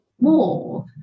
more